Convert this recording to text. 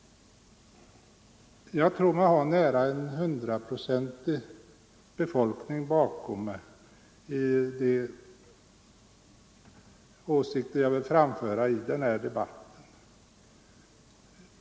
Jag tror mig ha befolkningen där nära nog hundraprocentigt bakom mig i de åsikter jag vill framföra i den här debatten.